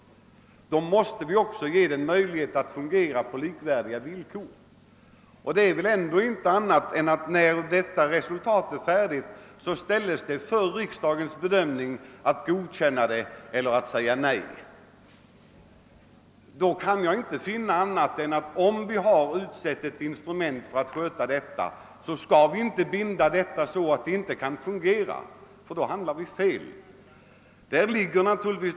Då måste vi också ge den möjlighet att fungera på likvärdiga villkor. När resultatet föreligger framläggs det för riksdagens bedömning, och riksdagen kan godkänna det eller säga nej. Om vi har skapat ett instrument för att sköta detta, så skall vi inte binda det så att det inte kan fungera. Då handlar vi fel.